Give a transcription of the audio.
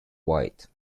wight